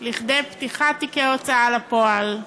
לכדי פתיחת תיקי הוצאה לפועל.